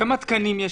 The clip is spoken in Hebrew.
כמה תקנים יש